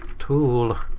tool,